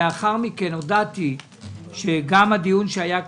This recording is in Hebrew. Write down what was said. לאחר מכן הודעתי שגם הדיון שהיה כאן,